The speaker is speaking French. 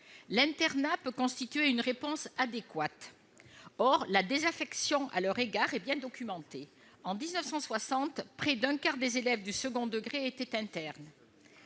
L'internat peut constituer une réponse adéquate. Or la désaffection à son égard est bien documentée. En 1960, près d'un quart des élèves du second degré étaient internes.